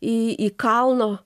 į į kalno